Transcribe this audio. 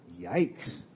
Yikes